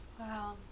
Wow